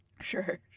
Sure